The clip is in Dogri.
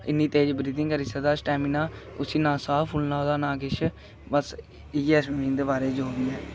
इ'न्नी तेज ब्रीथिंग करी सकदा स्टैमिना उसी ना साह् फुल्लना ओह्दा ना किश बस इ'यै स्विमिंग दे बारे च जो बी ऐ